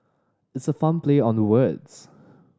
it's a fun play on the words